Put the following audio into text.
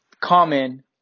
common